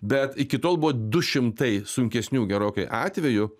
bet iki tol buvo du šimtai sunkesnių gerokai atvejų